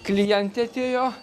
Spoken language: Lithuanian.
klientė atėjo